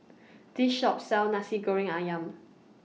This Shop sells Nasi Goreng Ayam